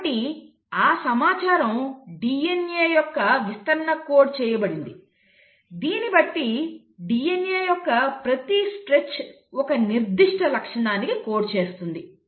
కాబట్టి ఆ సమాచారం DNA యొక్క విస్తరణలో కోడ్ చేయబడింది దీనిబట్టి DNA యొక్క ప్రతి స్ట్రెచ్ ఒక నిర్దిష్ట లక్షణానికి కోడ్ చేస్తుంది